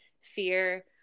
fear